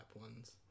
ones